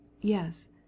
Yes